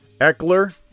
Eckler